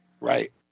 Right